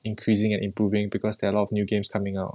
increasing and improving because there are lots of new games coming out